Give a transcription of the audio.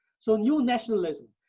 so new nationalism.